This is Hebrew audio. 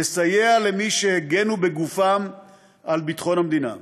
לסייע למי שהגנו בגופם על ביטחון המדינה.